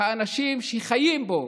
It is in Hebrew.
האנשים שחיים בו